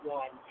one